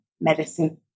medicine